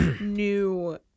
new